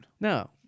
No